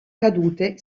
cadute